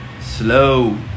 slow